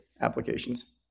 applications